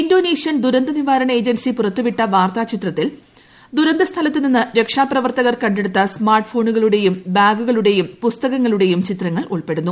Indonesian ദുർത്ത് നിവാരണ agency പുറത്തുവിട്ട വാർത്താ ചിത്രത്തിൽ ദുരന്ത സ്ഥലത്ത് നിന്ന് രക്ഷാപ്രവർത്തകർ ടുത്ത സ്മാർട്ട്ഫോണുകളുടേയും ബാഗുകളുടേയും കല പുസ്തകങ്ങളുടേയും ചിത്രങ്ങൾ ഉൾപ്പെടുന്നു